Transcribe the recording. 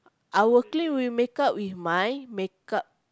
I'll play with makeup with my makeup